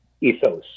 ethos